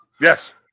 Yes